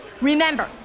Remember